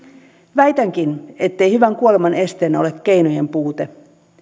väitänkin ettei hyvän kuoleman esteenä ole keinojen puute